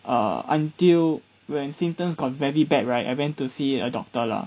uh until when symptoms got very bad right I went to see a doctor lah